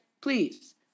Please